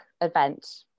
event